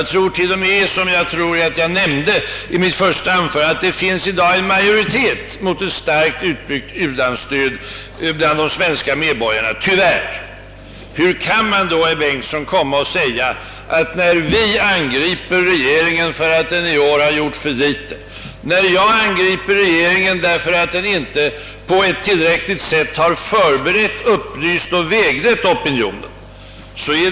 Jag tror till och med, vilket jag nog nämnde i mitt första aånförande, att det i dag tyvärr finns en majoritet mot en stark utbyggnad av u-landsstödet bland de svenska medborgarna. Hur kan man då, herr Bengtsson, påstå att det är för att vinna röster, som vi angriper regeringen för att den i år gjort för litet och som jag angriper den för att inte tillräckligt ha förberett, upplyst och väglett opinionen?